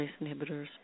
inhibitors